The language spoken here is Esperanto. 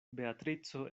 beatrico